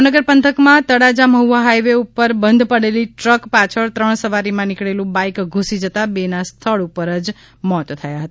ભાવનગર પંથક માં તળાજા મહુવા હાઈવે ઉપર બંધ પડેલી ટ્રક પાછળ ત્રણ સવારી માં નીકળેલું બાઇક ધૂસી જતાં બે નાં સ્થળ ઉપર જ મોત થયા હતા